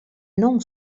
non